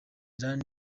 iran